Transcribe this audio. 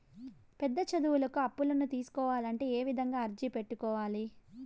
పెద్ద చదువులకు అప్పులను తీసుకోవాలంటే ఏ విధంగా అర్జీ పెట్టుకోవాలి?